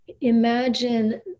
imagine